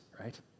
right